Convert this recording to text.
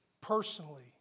personally